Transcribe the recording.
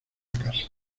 casa